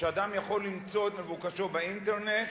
שאדם יכול למצוא את מבוקשו באינטרנט,